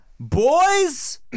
Boys